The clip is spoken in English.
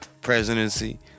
presidency